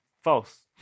False